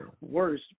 worse